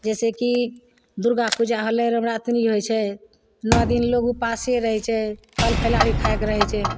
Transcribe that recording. जैसे कि दुर्गा पूजा होलय रऽ हमरा आर तऽ नहि होइ छै नओ दिन लोग उपासे रहय छै फल फलहारी खाकऽ रहय छै